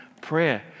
prayer